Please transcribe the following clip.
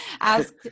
ask